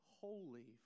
holy